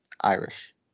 irish